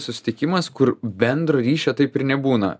susitikimas kur bendro ryšio taip ir nebūna